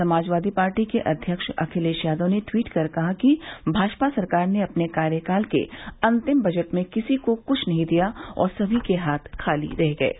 Samajwadi Party के अध्यक्ष अखिलेश यादव ने टवीट कर कहा कि भाजपा सरकार ने अपने कार्यकाल के अंतिम बजट में किसी को क्छ नहीं दिया और समी के हाथ खाली रह गए हैं